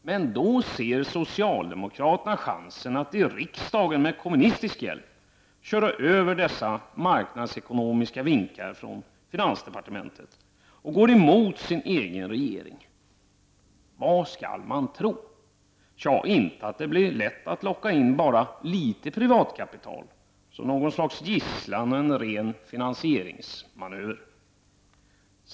Men då ser socialdemokraterna chansen att i riksdagen med kommunistisk hjälp köra över dessa marknadsekonomiska vinkar från finansdepartementet och går emot sin egen regering. Vad skall man tro? Tja, inte att det blir lätt att locka in bara litet privatkapital som något slags gisslan och en ren finansieringsmanöver.